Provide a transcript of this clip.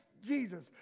Jesus